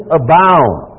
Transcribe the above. abound